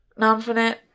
Nonfinite